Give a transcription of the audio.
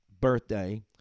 birthday